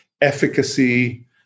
efficacy